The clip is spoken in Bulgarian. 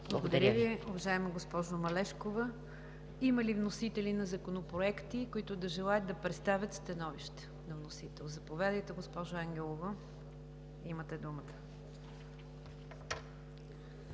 Благодаря Ви, уважаема госпожо Малешкова. Има ли вносители на законопроекти, които желаят да представят становището на вносител? Заповядайте, госпожо Ангелова, имате думата.